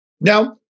Now